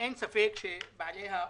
אין ספק שבעלי האולמות,